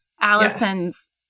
Allison's